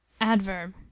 adverb